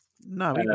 No